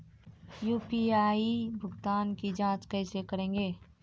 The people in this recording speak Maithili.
यु.पी.आई भुगतान की जाँच कैसे करेंगे?